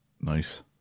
Nice